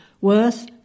worth